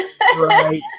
Right